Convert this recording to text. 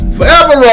Forever